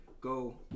go